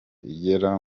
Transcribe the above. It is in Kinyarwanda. igera